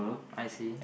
I see